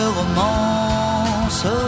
romance